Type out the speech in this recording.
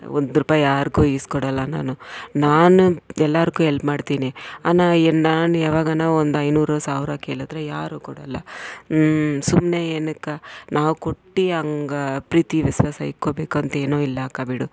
ಒಂದು ರೂಪಾಯಿ ಯಾರಿಗೂ ಈಸ್ಕೊಡಲ್ಲ ನಾನು ನಾನು ಎಲ್ಲರಿಗೂ ಎಲ್ಪ್ ಮಾಡ್ತೀನಿ ಆನ ಏನು ನಾನು ಯಾವಾಗಾನ ಒಂದು ಐನೂರು ಸಾವಿರ ಕೇಳಿದ್ರೆ ಯಾರು ಕೊಡಲ್ಲ ಹ್ಞೂ ಸುಮ್ಮನೆ ಏನಕ್ಕ ನಾವು ಕೊಟ್ಟು ಹಂಗೆ ಪ್ರೀತಿ ವಿಶ್ವಾಸ ಇಟ್ಕೊಳ್ಬೇಕು ಅಂತೇನೂ ಇಲ್ಲ ಅಕ್ಕ ಬಿಡು